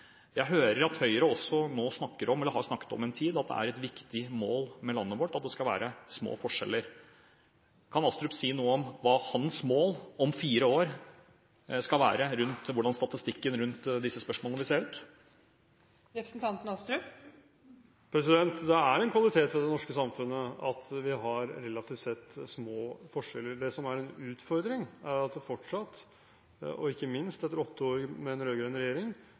Jeg hører at Høyre en tid har snakket om at det er et viktig mål med landet vårt at det skal være små forskjeller. Kan Astrup si noe om hva hans mål om fire år skal være for statistikken for disse spørsmålene? Det er en kvalitet ved det norske samfunnet at vi har relativt sett små forskjeller. Det som er en utfordring, er at det fortsatt – og ikke minst etter åtte år med en rød-grønn regjering